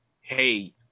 hey